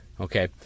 Okay